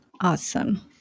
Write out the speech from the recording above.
Awesome